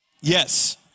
Yes